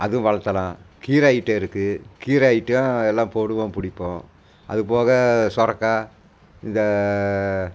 அதுவும் வளர்த்தலாம் கீரை ஐட்டம் இருக்குது கீரை ஐட்டம் எல்லாம் போடுவோம் பிடிப்போம் அது போக சுரக்கா இந்த